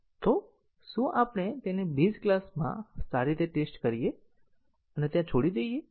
તો શું આપણે તેને બેઝ ક્લાસમાં સારી રીતે ટેસ્ટ કરીએ અને તેને ત્યાં છોડી દઈએ